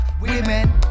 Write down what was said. women